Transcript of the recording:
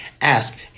Ask